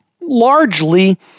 largely